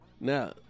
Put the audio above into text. Now